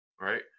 right